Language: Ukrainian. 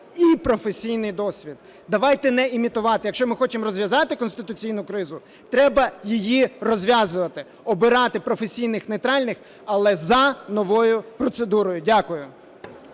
і професійний досвід. Давайте не імітувати. Якщо ми хочемо розв'язати конституційну кризу, треба її розв'язувати – обирати професійних нейтральних, але за новою процедурою. Дякую.